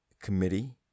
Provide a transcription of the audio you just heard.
committee